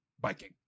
biking